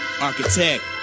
architect